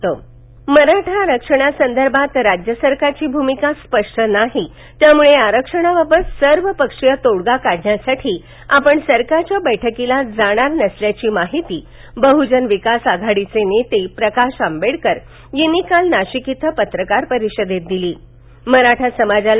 मराठा आरक्षण नाशिक मराठा आरक्षणासंदर्भात राज्य सरकारची भूमिका स्पष्ट नाही त्यामुळे आरक्षणाबाबत सर्व पक्षीय तोडगा काढण्यासाठी आपण सरकारच्या बैठकीला जाणार नसल्याची माहिती बहूजन विकास आघाडीचे नेते प्रकाश आंबेडकर यांनी काल नाशिक येथे पत्रकार परिषदेमध्ये दिलीमराठा समाजाला